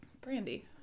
Brandy